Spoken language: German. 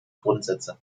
grundsätze